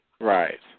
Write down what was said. Right